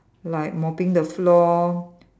like mopping the floor